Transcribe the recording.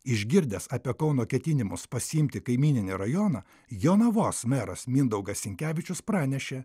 išgirdęs apie kauno ketinimus pasiimti kaimyninį rajoną jonavos meras mindaugas sinkevičius pranešė